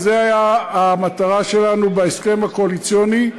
וזו הייתה המטרה שלנו בהסכם הקואליציוני,